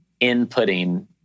inputting